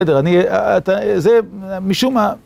בסדר, אני... זה משום מה...